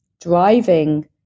driving